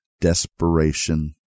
desperation